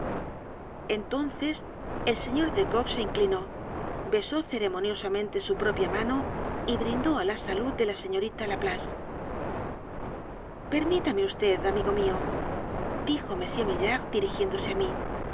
entonces el señor de kock se inclinó besó ceremoniosamente su propia mano y brindó á la salud de la señorita laplace permítame vd amigo mío dijo m maillard dirigiéndose á mí